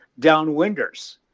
downwinders